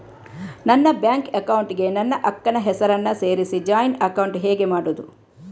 ನನ್ನ bank account ಗೆ ನನ್ನ ಅಕ್ಕ ನ ಹೆಸರನ್ನ ಸೇರಿಸಿ ಜಾಯಿನ್ ಅಕೌಂಟ್ ಹೇಗೆ ಮಾಡುದು?